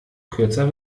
kürzer